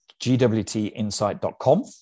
gwtinsight.com